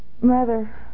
mother